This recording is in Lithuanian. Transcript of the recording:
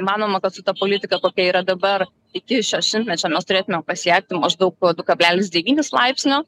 manoma kad su ta politika kokia yra dabar iki šio šimtmečio mes turėtume pasiekti maždaug po du kablelis devynis laipsnio